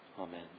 Amen